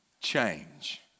change